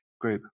Group